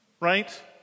right